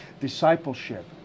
discipleship